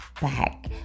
back